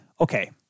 okay